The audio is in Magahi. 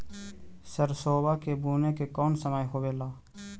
सरसोबा के बुने के कौन समय होबे ला?